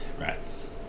Rats